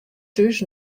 thús